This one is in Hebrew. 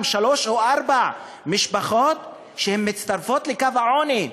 שלוש או ארבע משפחות שמצטרפות לקו העוני.